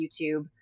YouTube